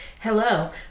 hello